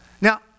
Now